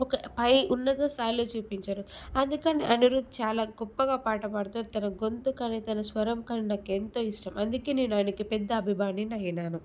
ఒక పై ఉన్నత స్థాయిలో చూపించారు అందుకని అనిరుద్ చాలా గొప్పగా పాట పాడుతాడు తన గొంతు కానీ తన స్వరం కానీ నాకెంతో ఇష్టం అందుకే నేను ఆయనకి పెద్ద అభిమానిని అయినాను